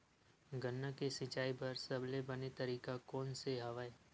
गन्ना के सिंचाई बर सबले बने तरीका कोन से हवय?